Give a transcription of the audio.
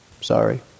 sorry